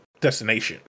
destination